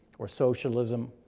or socialism,